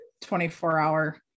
24-hour